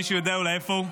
מישהו יודע אולי איפה הוא?